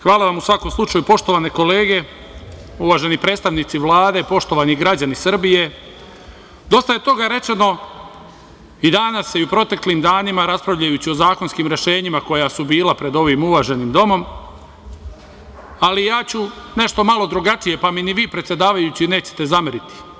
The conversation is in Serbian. Hvala vam u svakom slučaju, poštovane kolege, uvaženi predstavnici Vlade, poštovani građani Srbije, dosta je toga rečeno i danas i u proteklim danima raspravljajući o zakonskim rešenjima koja su bila pred ovim uvaženim domom, ali ja ću nešto malo drugačije, pa mi ni predsedavajući nećete zameriti.